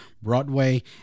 Broadway